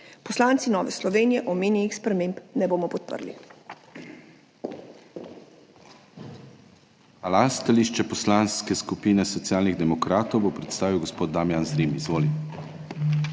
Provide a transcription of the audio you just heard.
Poslanci Nove Slovenije omenjenih sprememb ne bomo podprli.